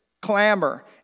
clamor